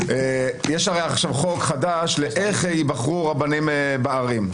יש הרי חוק חדש לאיך ייבחרו רבנים בערים.